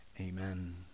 Amen